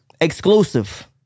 Exclusive